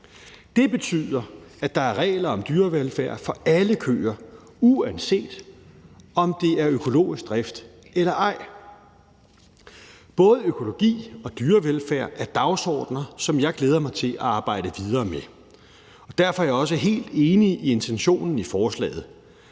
Det betyder, at der er regler om dyrevelfærd for alle køer, uanset om det er økologisk drift eller ej. Både økologi og dyrevelfærd er dagsordener, som jeg glæder mig til at arbejde videre med, og derfor er jeg også helt enig i intentionen i forslaget.